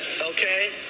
Okay